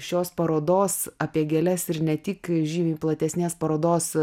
šios parodos apie gėles ir ne tik žymiai platesnės parodos